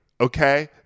Okay